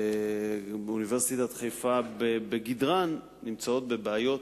ואוניברסיטת חיפה בגדרן, נתונות בבעיות